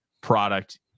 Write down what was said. product